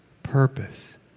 purpose